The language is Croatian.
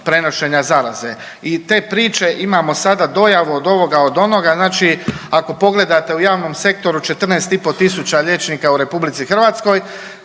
prenošenja zaraze i te priče imamo sada dojavu od ovoga od onoga. Znači ako pogledate u javnom sektoru 14 i po tisuća